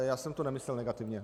Já jsem to nemyslel negativně.